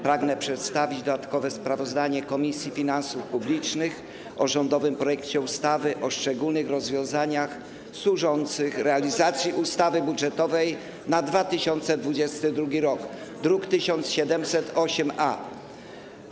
Pragnę przedstawić dodatkowe sprawozdanie Komisji Finansów Publicznych o rządowym projekcie ustawy o szczególnych rozwiązaniach służących realizacji ustawy budżetowej na rok 2022, druk nr 1708-A.